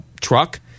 truck